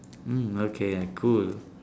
mm okay cool